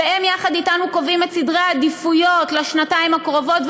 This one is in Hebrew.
והם יחד אתנו קובעים את סדרי העדיפות לשנתיים הקרובות,